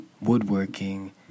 woodworking